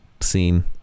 scene